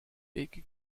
big